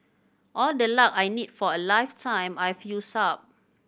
all the luck I need for a lifetime I've used up